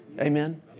Amen